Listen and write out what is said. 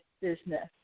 business